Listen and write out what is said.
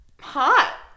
Hot